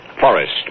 Forest